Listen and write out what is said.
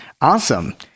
Awesome